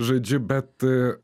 žodžiu bet